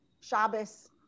Shabbos